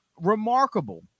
remarkable